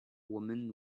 women